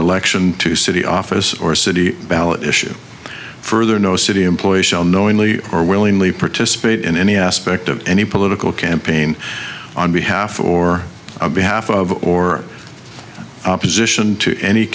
election to city office or city ballot issue further no city employee shall knowingly or willingly participate in any aspect of any political campaign on behalf of or behalf of or opposition to any